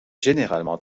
généralement